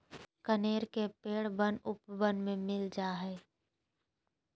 कनेर के पेड़ वन उपवन में मिल जा हई